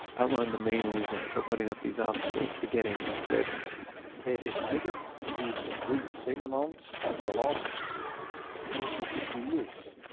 outlaying the main reason for putting up these obstacles to getting westvleteren they decided, we brew the same amount as the last forty, fifty years.